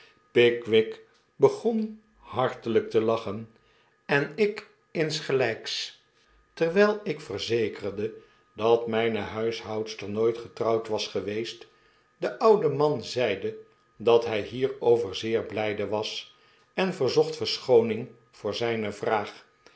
pickwick begon hartelijk te lachen en ik insgelijks terwijl ik verzekerde dat mijne huishoudster nooit getrouwd was geweest de oude man zeide dat nij hierover zeer blijdewas en verzocht verschooning voor zijne vraag